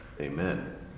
amen